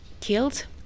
killed